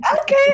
okay